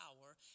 power